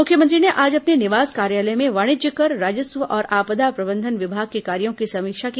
मुख्यमंत्री ने आज अपने निवास कार्यालय में वाणिज्यकर राजस्व और आपदा प्रबंधन विमाग के कार्यों की समीक्षा की